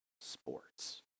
sports